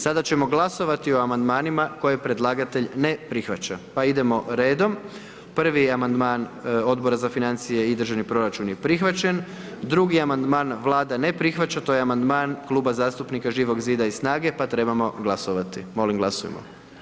Sada ćemo glasovati o amandmanima koje predlagatelj ne prihvaća, pa idemo redom, prvi je amandman Odbora za financije i državni proračun je prihvaćen, druga amandman Vlada ne prihvaća, to je amandman Kluba zastupnika Živog Zida i SNAGA-e, pa trebamo glasovati, molim glasujmo.